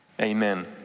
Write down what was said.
Amen